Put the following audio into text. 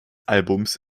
albums